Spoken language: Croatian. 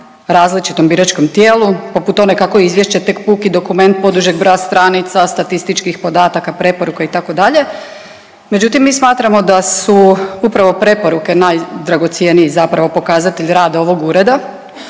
različitom biračkom tijelu poput one kako je izvješće tek puki dokument podužeg broja stranica, statističkih podataka, preporuka itd., međutim mi smatramo da su upravo preporuke najdragocjeniji zapravo pokazatelj rada ovog ureda